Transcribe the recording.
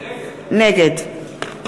נגד יחיאל